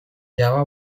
java